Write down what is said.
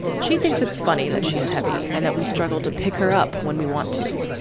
she thinks it's funny that she's heavy and that we struggled to pick her up when we want to.